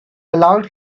allowed